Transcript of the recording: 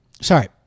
sorry